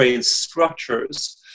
structures